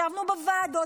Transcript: ישבנו בוועדות,